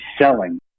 selling